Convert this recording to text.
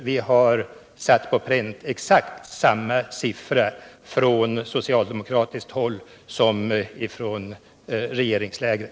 Vi har satt på pränt exakt samma siffra från socialdemokratiskt håll som man gjort från regeringslägret.